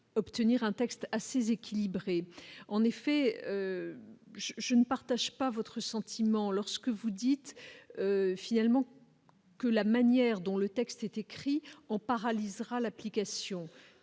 Obtenir un texte assez équilibré, en effet, je ne partage pas votre sentiment lorsque vous dites finalement que la manière dont le texte est écrit en paralysera l'application